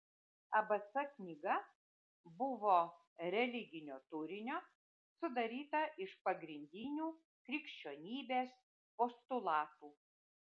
abc knyga buvo religinio turinio sudaryta iš pagrindinių krikščionybės postulatų